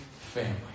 family